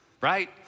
Right